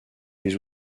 des